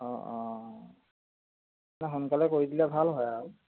অঁ অঁ সোনকালে কৰি দিলে ভাল হয় আৰু